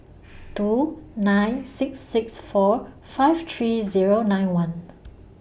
two nine six six four five three Zero nine one